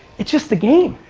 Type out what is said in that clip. it's just the game.